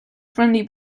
friendly